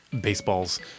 baseballs